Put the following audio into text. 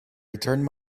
returned